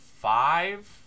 five